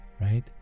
right